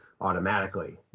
automatically